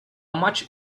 much